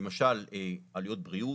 למשל עלויות בריאות.